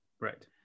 right